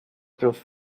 proof